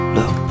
Look